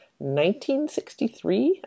1963